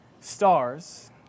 stars